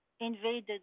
invaded